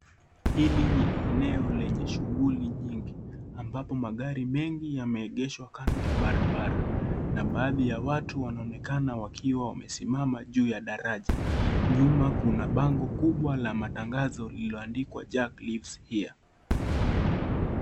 Hili ni eneo lenye shuguli nyingi ambapo magari mengi yameegeshwa kando ya barabarama baadhi ya watu wanaonekana wakiwa wamesimama juu ya daraja, nyuma kuna bango kubwa la matangazo lililoandikwa Jack lives here .